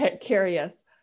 curious